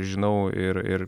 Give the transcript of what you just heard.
žinau ir ir